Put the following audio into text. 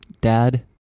dad